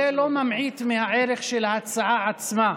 זה לא ממעיט מהערך של ההצעה עצמה.